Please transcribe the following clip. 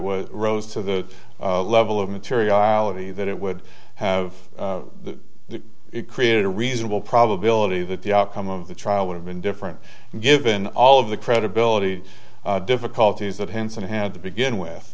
was rose to the level of materiality that it would have it created a reasonable probability that the outcome of the trial would have been different given all of the credibility difficulties that henson had to begin with